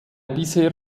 bisher